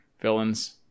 villains